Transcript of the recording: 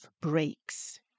breaks